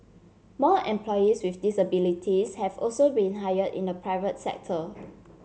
more employees with disabilities have also been hire in the private sector